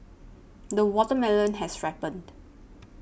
the watermelon has ripened